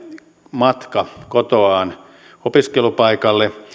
matka kotoaan opiskelupaikalle